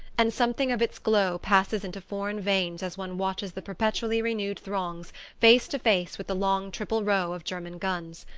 and something of its glow passes into foreign veins as one watches the perpetually renewed throngs face to face with the long triple row of german guns.